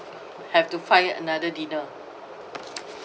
have to find another dinner